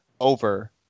Over